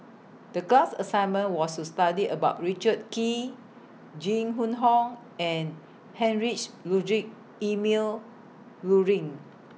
The class assignment was to study about Richard Kee Jing Hun Hong and Heinrich Ludwig Emil Luering